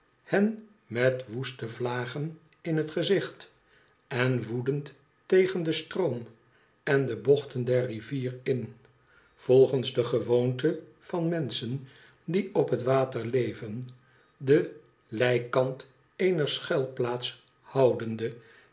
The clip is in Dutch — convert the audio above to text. hen met woeste vlagen in het gezicht en woedend tegen den stroom en de bochten der rivier in volgens de gewoonte van menschen die op het water leven den lijkant eener schuilplaats houdende